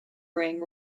ring